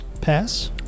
Pass